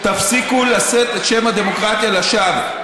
תפסיקו לשאת את שם הדמוקרטיה לשווא.